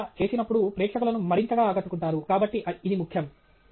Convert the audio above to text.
మీరు అలా చేసినప్పుడు ప్రేక్షకులను మరింతగా ఆకట్టుకుంటారు కాబట్టి ఇది ముఖ్యం